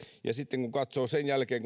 sitten kun katsoo sen jälkeen